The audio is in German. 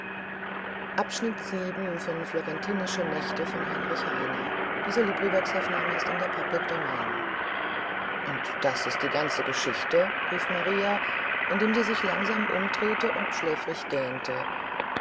wiederfinden und das ist die ganze geschichte rief maria indem sie sich langsam umdrehte und schläfrig